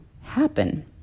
happen